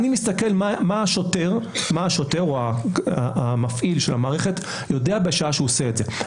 אני מסתכל מה השוטר או המפעיל של המערכת יודע בשעה שהוא עושה את זה,